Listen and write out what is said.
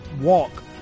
walk